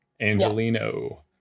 Angelino